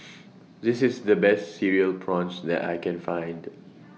This IS The Best Cereal Prawns that I Can Find